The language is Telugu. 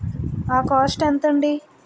ఆ కాస్ట్ ఎంత అండి